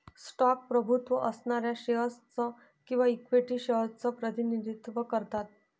stock प्रभुत्व असणाऱ्या shares च किंवा इक्विटी शेअर्स च प्रतिनिधित्व करतात